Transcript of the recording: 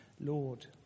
Lord